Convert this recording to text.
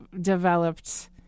developed